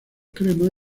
crema